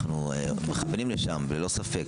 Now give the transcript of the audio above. אנחנו מכווינים לשם, ללא ספק.